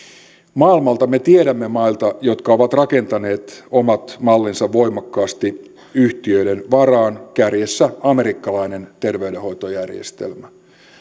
maailmalta me tiedämme maita jotka ovat rakentaneet omat mallinsa voimakkaasti yhtiöiden varaan kärjessä amerikkalainen terveydenhoitojärjestelmä